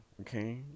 okay